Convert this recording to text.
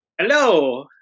Hello